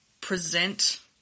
present